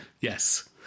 Yes